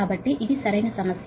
కాబట్టి ఇది సరైన సమస్య